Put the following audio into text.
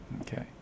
okay